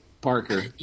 Parker